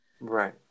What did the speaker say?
Right